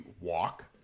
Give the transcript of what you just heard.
walk